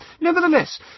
Nevertheless